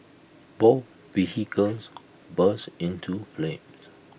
both vehicles burst into flames